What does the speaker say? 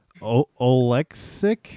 Olexic